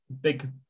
big